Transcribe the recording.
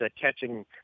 catching